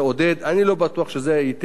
אני לא בטוח שזה ייתן את התמריץ,